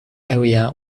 area